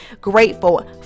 grateful